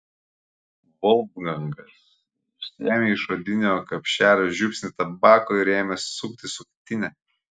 volfgangas išsiėmė iš odinio kapšelio žiupsnį tabako ir ėmė sukti suktinę